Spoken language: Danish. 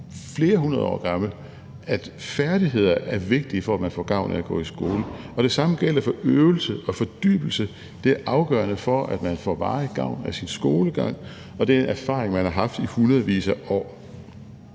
flere hundrede år gammel, at færdigheder er vigtige for, at man får gavn af at gå i skole. Og det samme gælder for øvelse og fordybelse: Det er afgørende for, at man får varig gavn af sin skolegang, og det er en erfaring, man har haft i hundredvis af år.